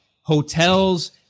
hotels